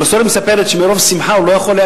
המסורת מספרת שמרוב שמחה הוא לא יכול היה